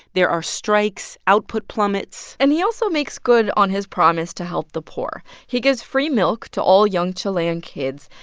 there are strikes. output plummets and he also makes good on his promise to help the poor. he gives free milk to all young chilean kids.